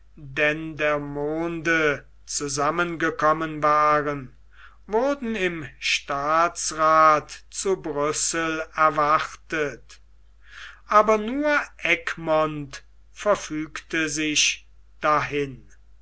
dendermonde zusammengekommen waren wurden im staatsrath zu brüssel erwartet aber nur egmont verfügte sich dahin